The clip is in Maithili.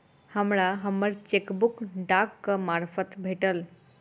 हमरा हम्मर चेकबुक डाकक मार्फत भेटल